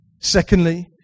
Secondly